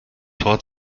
tor